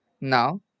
Now